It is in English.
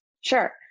Sure